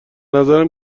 نظرم